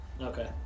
Okay